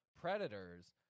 predators